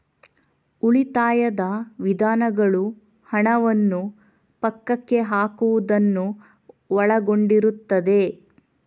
ಉಳಿತಾಯದ ವಿಧಾನಗಳು ಹಣವನ್ನು ಪಕ್ಕಕ್ಕೆ ಹಾಕುವುದನ್ನು ಒಳಗೊಂಡಿರುತ್ತದೆ